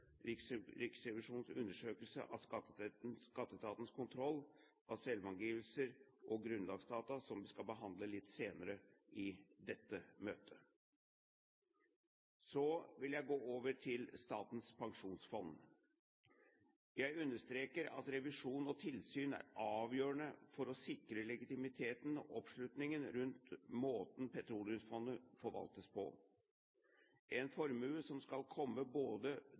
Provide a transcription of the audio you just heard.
Riksrevisjonens undersøkelse av skatteetatens kontroll av selvangivelser og grunnlagsdata, som vi skal behandle litt senere i dette møtet. Så vil jeg gå over til Statens pensjonsfond. Jeg understreker at revisjon og tilsyn er avgjørende for å sikre legitimiteten og oppslutningen rundt måten Petroleumsfondet forvaltes på, en formue som skal komme både